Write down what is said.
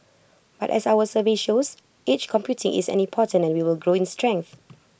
but as our survey shows edge computing is any important and will grow in strength